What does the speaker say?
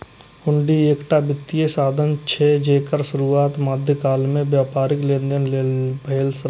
हुंडी एकटा वित्तीय साधन छियै, जेकर शुरुआत मध्यकाल मे व्यापारिक लेनदेन लेल भेल रहै